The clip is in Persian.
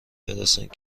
برسند